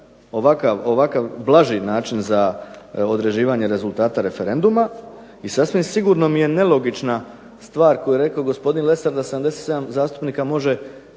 podržavam ovakav blaži način za određivanje rezultata referenduma i sasvim sigurno mi je nelogična stvar koju je rekao gospodin Lesar da 77 zastupnika može